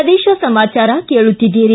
ಪ್ರದೇಶ ಸಮಾಚಾರ ಕೇಳುತ್ತೀದ್ವೀರಿ